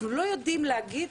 אנחנו לא יודעים להגיד